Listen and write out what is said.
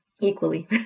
equally